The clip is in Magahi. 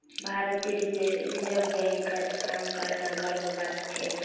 भारतीय रिजर्व बैंकत काम करना गर्वेर बात छेक